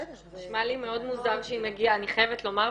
אני חייבת לומר,